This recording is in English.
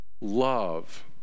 love